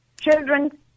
Children